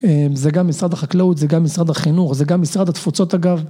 זה גם משרד החקלאות זה גם משרד החינוך זה גם משרד התפוצות אגב